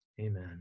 Amen